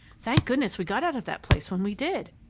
thank goodness we got out of that place when we did!